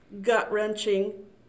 gut-wrenching